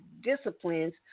disciplines